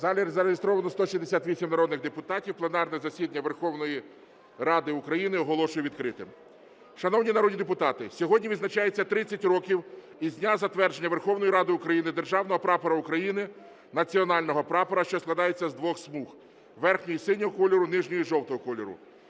залі зареєстровано 168 народних депутатів. Пленарне засідання Верховної Ради України оголошую відкритим. Шановні народні депутати, сьогодні відзначається 30 років із дня затвердження Верховною Радою України Державного Прапора України, національного прапора, що складається з двох смуг: верхньої – синього кольору, нижньої – жовтого кольору.